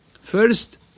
First